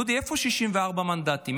דודי, איפה 64 מנדטים?